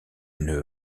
une